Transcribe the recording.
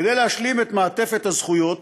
כדי להשלים את מעטפת הזכויות,